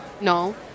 No